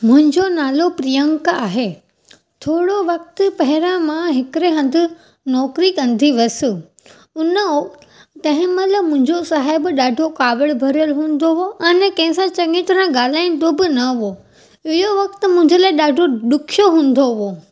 मुहिंजो नालो प्रियंका आहे थोरो वक़्ति पहिरां मां हिकिड़े हंदि नौकरी कंदी हुअसि हुन तंहिं महिल मुंहिंजो साहेब ॾाढो काविड़ भरियल हूंदो हुओ अने कंहिं सां चङी तरह ॻाल्हाईंदो बि न हुओ इहो वक़्ति मुंहिंजे लाइ ॾाढो ॾुख्यो हूंदो हुओ